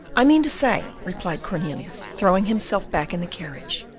i mean to say. replied cornelius, throwing himself back in the carriage,